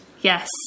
Yes